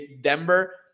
Denver